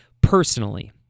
personally